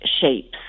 shapes